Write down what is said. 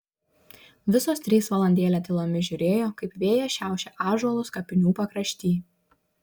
visos trys valandėlę tylomis žiūrėjo kaip vėjas šiaušia ąžuolus kapinių pakrašty